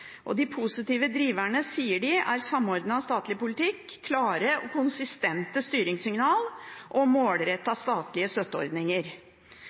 De positive driverne, sier de, er samordnet statlig politikk, klare og konsistente styringssignal og målrettede statlige støtteordninger.